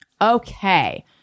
Okay